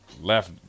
left